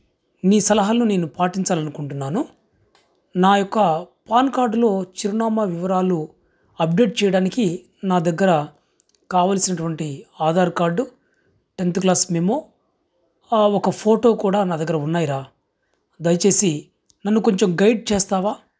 నీ సలహాలు నేను పాటించాలి అనుకుంటున్నాను నా యొక్క పాన్కార్డ్లో చిరునామా వివరాలు అప్డేట్ చెయడానికి నా దగ్గర కావల్సినటువంటి Aadhaar card tenth class memo ఆ ఒక ఫోటో కూడా నా దగ్గర ఉన్నాయిరా దయచేసి నన్ను కొంచెం గైడ్ చేస్తావా